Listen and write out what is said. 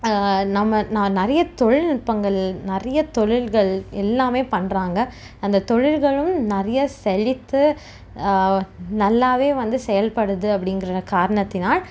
நம்ம நா நிறைய தொழில்நுட்பங்கள் நிறைய தொழில்கள் எல்லாமே பண்ணுறாங்க அந்த தொழில்களும் நிறையா செழித்து நல்லாவே வந்து செயல்படுது அப்படிங்கிற காரணத்தினால்